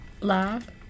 Live